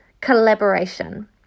collaboration